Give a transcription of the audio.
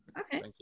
Okay